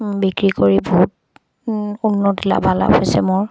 বিক্ৰী কৰি বহুত উন্নতি লাভালাভ হৈছে মোৰ